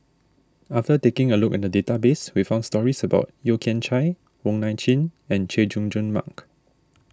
after taking a look at the database we found stories about Yeo Kian Chai Wong Nai Chin and Chay Jung Jun Mark